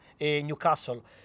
Newcastle